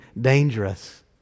dangerous